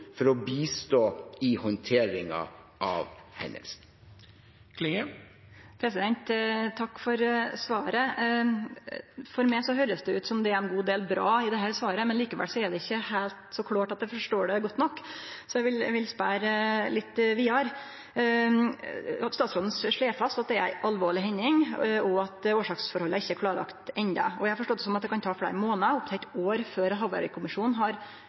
for å bistå i håndteringen av hendelsen. Eg takkar for svaret. For meg høyrest det ut som om det er ein god del bra i dette svaret. Likevel er det ikkje så klårt at eg forstår det godt nok, så eg vil spørje litt vidare: Statsråden slår fast at det er ei alvorleg hending, og at årsaksforholda ikkje er klarlagde enno. Eg har forstått det slik at det kan ta fleire månader, opptil eit år, før havarikommisjonen har